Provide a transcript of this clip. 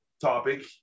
topic